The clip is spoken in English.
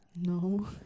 No